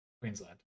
Queensland